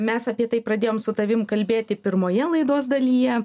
mes apie tai pradėjom su tavim kalbėti pirmoje laidos dalyje